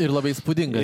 ir labai įspūdinga